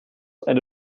eine